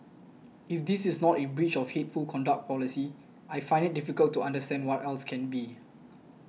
if this is not in breach of hateful conduct policy I find it difficult to understand what else can be